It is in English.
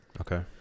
Okay